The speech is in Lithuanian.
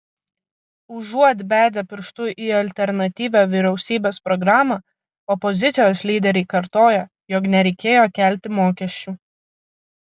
užuot bedę pirštu į alternatyvią vyriausybės programą opozicijos lyderiai kartoja jog nereikėjo kelti mokesčių